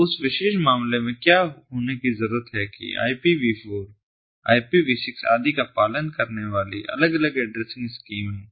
तो उस विशेष मामले में क्या होने की जरूरत है की IPV4 IPV6 आदि का पालन करने वाली अलग अलग एड्रेसिंग स्कीम हैं